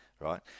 right